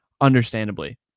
understandably